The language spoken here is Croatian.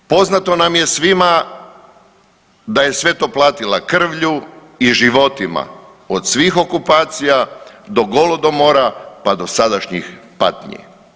Poznato nam je svima da je sve to platila krvlju i životima od svih okupacija do golodomora pa do sadašnjih patnji.